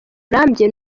burambye